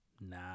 Nah